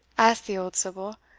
asked the old sibyl,